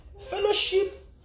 Fellowship